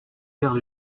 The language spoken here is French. vers